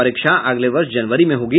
परीक्षा अगले वर्ष जनवरी में होगी